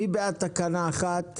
מי בעד תקנה 1?